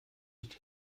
nicht